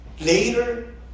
later